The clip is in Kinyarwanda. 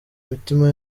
mitima